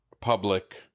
public